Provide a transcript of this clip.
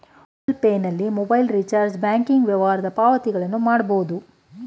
Google Pay ನಲ್ಲಿ mobile recharge, banking ವ್ಯವಹಾರದ ಪಾವತಿಗಳನ್ನು ಮಾಡಬೋದು